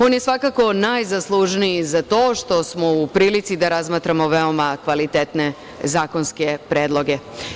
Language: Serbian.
On je, svakako, najzaslužniji za to što smo u prilici da razmatramo veoma kvalitetne zakonske predloge.